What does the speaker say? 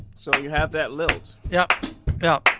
so you have that lilt. yeah yeah